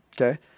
Okay